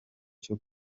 cyo